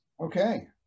Okay